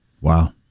Wow